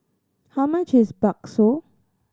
how much is bakso